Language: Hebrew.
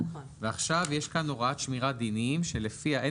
עכשיו יש כאן הוראת שמירת דינים שלפיה אין